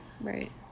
right